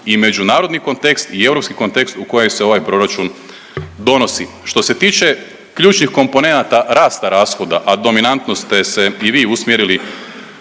i međunarodni kontekst i europski kontekst u koje se ovaj proračun donosi. Što se tiče ključnih komponenata rasta rashoda, a dominantno ste se i vi usmjerili